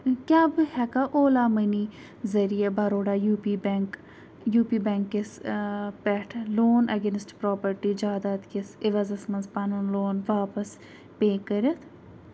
کیٛاہ بہٕ ہٮ۪کا اولا مٔنی ذٔریعہٕ بَروڈا یوٗ پی بٮ۪نٛک پوٗ پی بٮ۪نٛککِس پٮ۪ٹھ لون اَگینٮ۪سٹ پرٛوپَٹی جادادکِس عِوزَس منٛز پَنُن لون واپس پے کٔرِتھ